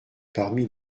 parmi